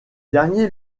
dernier